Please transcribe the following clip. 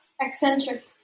eccentric